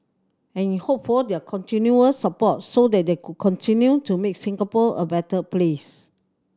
and hoped for their continued support so that they could continue to make Singapore a better place